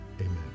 amen